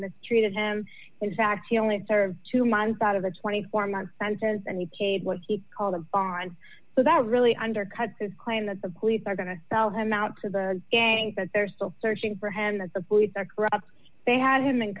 mistreated him in fact he only served two months out of a twenty four month sentence and he paid what he called a bond so that really undercut his claim that the police are going to sell him out to the bank that they're still searching for him that the police are corrupt they had him in